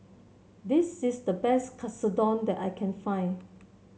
this is the best Katsudon that I can find